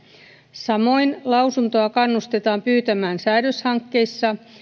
samoin lausuntoa kannustetaan pyytämään säädöshankkeissa